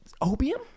Opium